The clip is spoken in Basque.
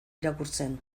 irakurtzen